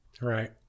Right